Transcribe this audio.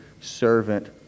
servant